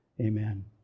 Amen